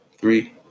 three